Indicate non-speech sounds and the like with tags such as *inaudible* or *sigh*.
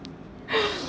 *laughs*